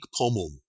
pomum